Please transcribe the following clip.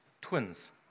Twins